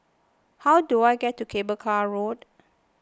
how do I get to Cable Car Road